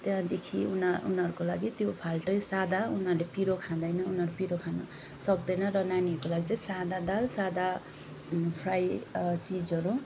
त्यहाँदेखि उना उनीहरूको लागि त्यो फाल्टै सादा उनीहरूले पिरो खाँदैन उनीहरूले पिरो खानसक्दैन र नानीहरूको लागि चाहिँ सादा दाल सादा फ्राई चिजहरू